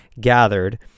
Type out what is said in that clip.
gathered